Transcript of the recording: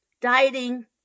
Dieting